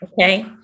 Okay